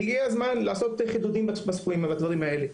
והגיע הזמן לעשות חידודים בסכומים ובדברים האלה.